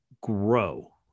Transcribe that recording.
grow